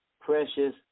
precious